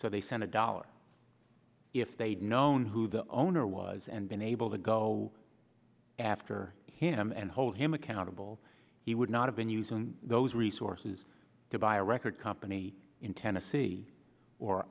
so they sent a dollar if they'd known who the owner was and been able to go after him and hold him accountable he would not have been using those resources to buy a record company in tennessee or